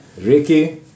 Ricky